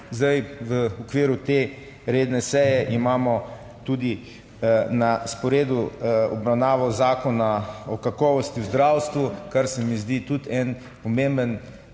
Zdaj v okviru te redne seje imamo tudi na sporedu obravnavo Zakona o kakovosti v zdravstvu, kar se mi zdi tudi en pomemben